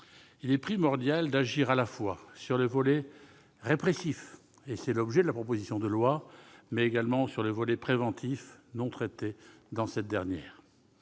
il est primordial d'agir à la fois sur le volet répressif- c'est l'objet de la présente proposition de loi -, mais également sur le volet préventif, non traité dans ce texte.